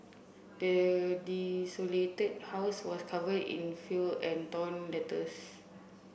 the desolated house was covered in feel and torn letters